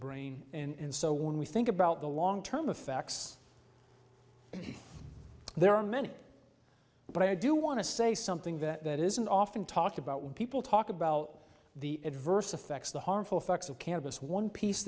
brain and so when we think about the long term effects there are many but i do want to say something that isn't often talked about when people talk about the adverse effects the harmful effects of cannabis one piece